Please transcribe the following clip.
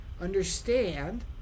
understand